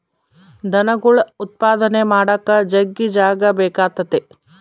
ದನಗುಳ್ ಉತ್ಪಾದನೆ ಮಾಡಾಕ ಜಗ್ಗಿ ಜಾಗ ಬೇಕಾತತೆ